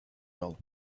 well